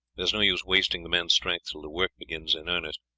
there is no use wasting the men's strength till the work begins in earnest.